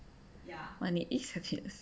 money is happiness